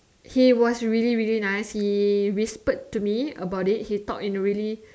he was really really nice he whispered to me about it he talk in really